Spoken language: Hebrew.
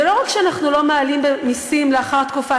זה לא רק שאנחנו לא מעלים מסים לאחר תקופת